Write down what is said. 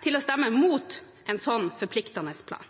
til å stemme imot en slik forpliktende plan.